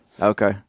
Okay